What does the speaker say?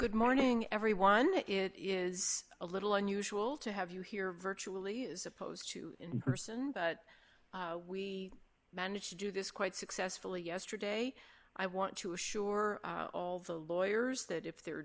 good morning everyone it is a little unusual to have you here virtually as opposed to in person but we managed to do this quite successfully yesterday i want to assure all the lawyers that if there